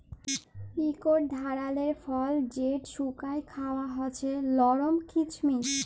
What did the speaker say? ইকট ধারালের ফল যেট শুকাঁয় খাউয়া হছে লরম কিচমিচ